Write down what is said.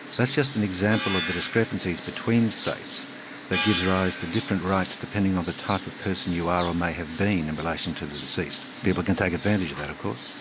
that's just an example of the discrepancies between states that gives rise to different rights, depending on the type of person you are or may have been in relation to the deceased. people can take advantage of that, of course.